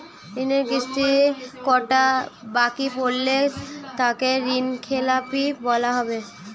ঋণের কিস্তি কটা বাকি পড়লে তাকে ঋণখেলাপি বলা হবে?